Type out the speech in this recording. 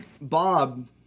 Bob